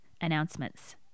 announcements